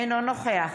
אינו נוכח